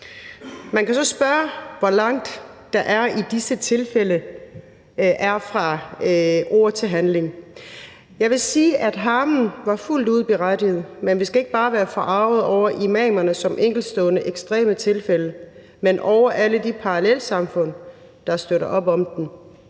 Man kan så spørge, hvor langt der i disse tilfælde er fra ord til handling. Jeg vil sige, at harmen var fuldt ud berettiget, men vi skal ikke bare være forargede over imamerne som enkeltstående, ekstreme tilfælde, men over alle de parallelsamfund, der støtter op om dem.